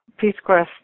PeaceQuest